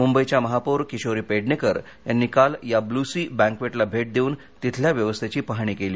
मुंबईच्या महापौर किशोरी पेडणेकर यांनी काल या ब्ल्यू सी बँक्वेटला भेट देऊन तिथल्या व्यवस्थेची पाहणी केली